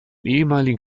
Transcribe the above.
ehemaligen